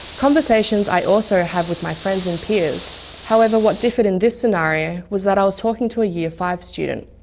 conversations i also have with my friends and peers however, what differed in this scenario was that i was talking to a year five student.